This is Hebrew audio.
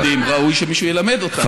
אם לא יודעים, ראוי שמישהו ילמד אותם,